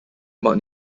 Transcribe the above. about